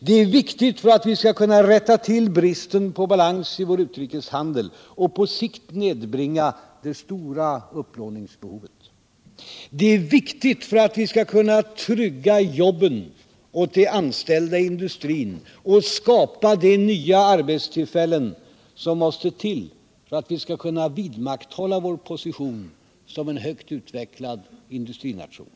Det är viktigt för att vi skall kunna få bort bristen på balans i vår utrikeshandel och på sikt minska det stora upplåningsbehovet, och det är viktigt för att vi skall kunna trygga jobben åt de anställda inom industrin och skapa de nya arbetstillfällen som måste till för att Sverige skall kunna vidmakthålla sin position som en högt utvecklad industrination.